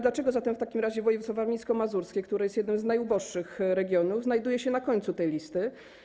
Dlaczego w takim razie województwo warmińsko-mazurskie, które jest jednym z najuboższych regionów, znajduje się na końcu tej listy?